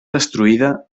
destruïda